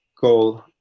goal